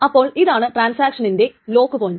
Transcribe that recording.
അപ്പോൾ ഇതാണ് ട്രാൻസാക്ഷനിന്റെ ലോക്ക് പോയിൻറ്